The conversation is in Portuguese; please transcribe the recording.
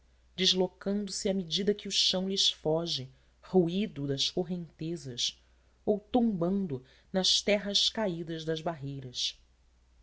sítio deslocando se à medida que o chão lhes foge roído das correntezas ou tombando nas terras caídas das barreiras